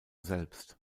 selbst